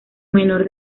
menor